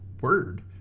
word